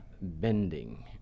bending